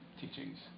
teachings